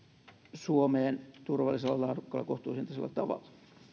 suomeen turvallisella laadukkaalla ja kohtuuhintaisella tavalla